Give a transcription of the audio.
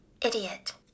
Idiot